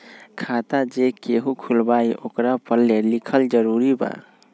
खाता जे केहु खुलवाई ओकरा परल लिखल जरूरी वा?